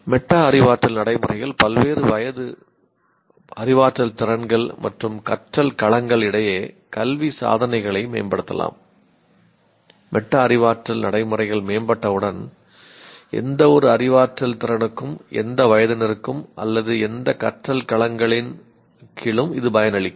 meta அறிவாற்றல் நடைமுறைகள் பல்வேறு வயது அறிவாற்றல் திறன்கள் மற்றும் கற்றல் களங்கள் இடையே கல்வி சாதனைகளை மேம்படுத்தலாம் மெட்டா அறிவாற்றல் நடைமுறைகள் மேம்பட்டவுடன் எந்தவொரு அறிவாற்றல் திறனுக்கும் எந்த வயதினருக்கும் அல்லது எந்த கற்றல் களங்களின் கீழும் இது பயனளிக்கும்